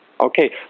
Okay